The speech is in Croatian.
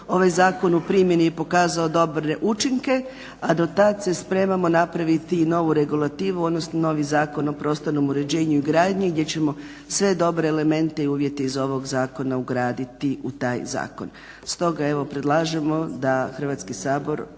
Ovaj zakon u primjeni je pokazao dobre učinke, a do tad se spremamo napraviti i novu regulativu, odnosno novi Zakon o prostornom uređenju i gradnji gdje ćemo sve dobre elemente i uvjete iz ovog Zakona ugraditi u taj zakon.